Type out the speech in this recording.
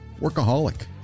Workaholic